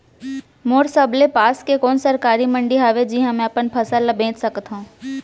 मोर सबले पास के कोन सरकारी मंडी हावे जिहां मैं अपन फसल बेच सकथव?